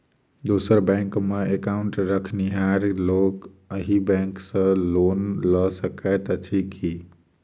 दोसर बैंकमे एकाउन्ट रखनिहार लोक अहि बैंक सँ लोन लऽ सकैत अछि की?